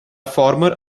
former